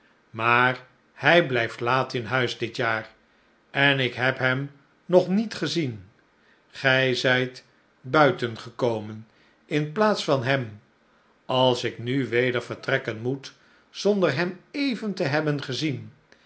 maar hij blijft laat in huis dit jaar en ik heb hem nog niet gezien gij zijt buitengekomen in plaats van hem als ik nu weder vertrekken moet zonder hem even te hebben gezien